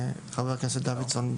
חבר הכנסת דוידסון.